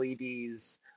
LEDs